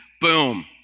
boom